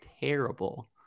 terrible